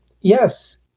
Yes